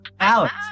Alex